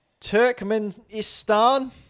Turkmenistan